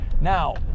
now